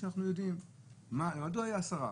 מה זה עשרה.